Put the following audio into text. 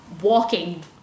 walking